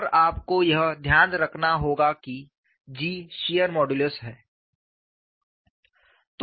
और आपको यह ध्यान रखना होगा कि G शियर मॉडुलस है